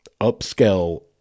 upscale